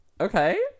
Okay